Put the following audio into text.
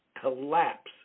collapse